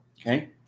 Okay